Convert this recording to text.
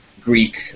Greek